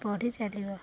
ବଢ଼ି ଚାଲିବ